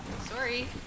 Sorry